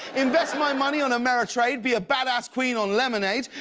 invest my money on ameritrade. be a bad-ass queen on lemonade.